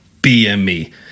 BME